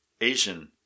Asian